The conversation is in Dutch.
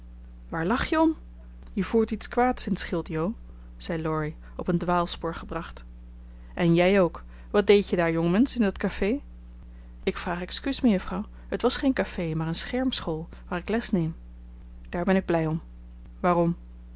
lach je om je voert iets kwaads in t schild jo zei laurie op een dwaalspoor gebracht en jij ook wat deed je daar jongmensch in dat café ik vraag excuus mejuffrouw het was geen café maar een schermschool waar ik les neem daar ben ik blij om waarom